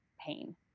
pain